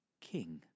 King